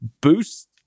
Boost